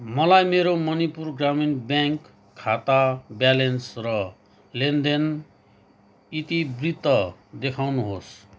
मलाई मेरो मणिपुर ग्रामीण ब्याङ्क खाता ब्यालेन्स र लेनदेन इतिवृत्त देखाउनुहोस्